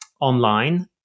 online